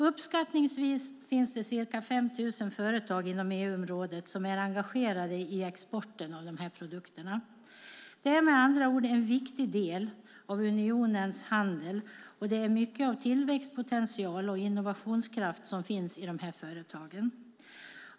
Uppskattningsvis finns det ca 5 000 företag inom EU-området som är engagerade i exporten av de här produkterna. Det är med andra ord en viktig del av unionens handel. Det är mycket av tillväxtpotential och innovationskraft som finns i dessa företag.